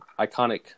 iconic